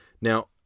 now